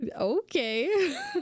okay